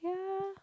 yeah